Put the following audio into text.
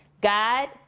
God